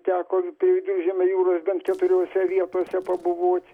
teko prie viduržemio jūros bent keturiose vietose pabuvoti